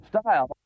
style